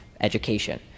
education